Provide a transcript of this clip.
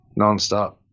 nonstop